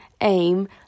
aim